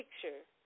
picture